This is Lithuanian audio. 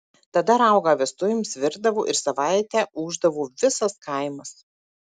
tada raugą vestuvėms virdavo ir savaitę ūždavo visas kaimas